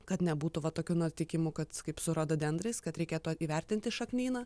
kad nebūtų va tokių nutikimų kad kaip su rododendrais kad reikėtų įvertinti šaknyną